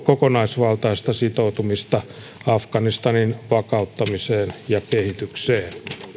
kokonaisvaltaista sitoutumista afganistanin vakauttamiseen ja kehitykseen